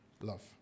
love